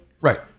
right